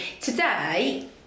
today